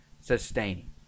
sustaining